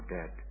dead